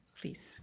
Please